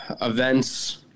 events